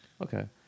Okay